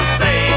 say